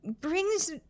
brings